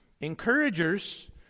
Encouragers